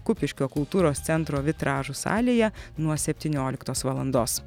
kupiškio kultūros centro vitražų salėje nuo septynioliktos valandos